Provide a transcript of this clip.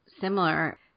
similar